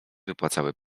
wypłacały